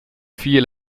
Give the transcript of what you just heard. viel